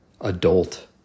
adult